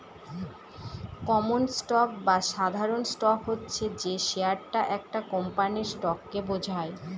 common stock বা সাধারণ stock হচ্ছে যে শেয়ারটা একটা কোম্পানির স্টককে বোঝায়